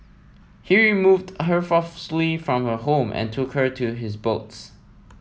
he removed her forcefully from her home and took her to his boats